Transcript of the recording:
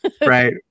Right